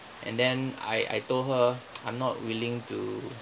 and then I I told her I'm not willing to